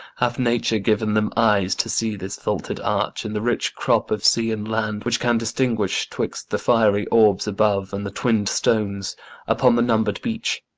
hath nature given them eyes to see this vaulted arch and the rich crop of sea and land, which can distinguish twixt the fiery orbs above and the twinn'd stones upon the number'd beach,